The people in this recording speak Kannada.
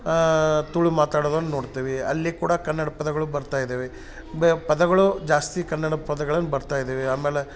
ತುಳು ಮಾತಾಡೋದನ್ನ ನೋಡ್ತೆವಿ ಅಲ್ಲಿ ಕೂಡ ಕನ್ನಡ ಪದಗಳು ಬರ್ತಾ ಇದವೆ ಬೆ ಪದಗಳು ಜಾಸ್ತಿ ಕನ್ನಡ ಪದಗಳನ್ ಬರ್ತಾ ಇದವೆ ಆಮ್ಯಾಲ